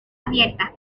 abierta